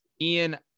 Ian